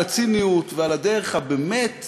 על הציניות ועל הדרך העלובה